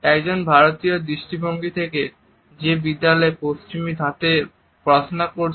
একজন ভারতীয়র দৃষ্টিভঙ্গি থেকে যে বিদ্যালয়ে পশ্চিমী ধাঁচে পড়াশোনা করেছে